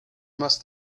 must